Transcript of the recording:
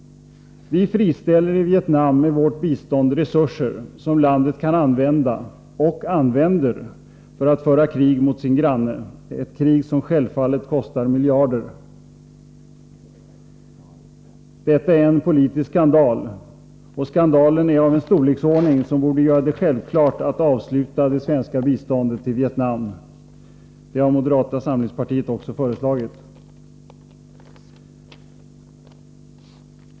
Vi friställer i Vietnam med vårt bistånd resurser som landet kan använda, och använder, till att föra krig mot sin granne, ett krig som självfallet kostar miljarder. Detta är en politisk skandal. Och skandalen är av den storleksordningen att det borde vara självklart att det svenska biståndet till Vietnam avslutas. Det har moderata samlingspartiet också föreslagit.